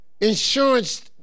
insurance